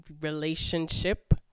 relationship